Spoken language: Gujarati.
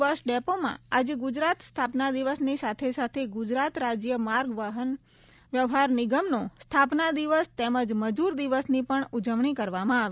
બસ ડેપોમાં આજે ગુજરાત સ્થાપના દિવસની સાથે સાથે ગુજરાત રાજ્ય માર્ગ વ્યવહાર નિગમના સ્થાપના દિવસ તેમજ મજૂર દિવસની પણ ઉજવણી કરવામાં આવી